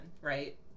right